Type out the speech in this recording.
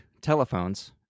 telephones